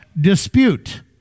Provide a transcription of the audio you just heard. dispute